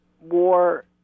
war